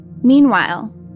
Meanwhile